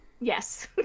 Yes